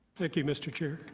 thank you mr. chair.